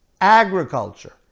agriculture